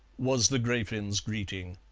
was the grafin's greeting.